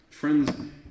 Friends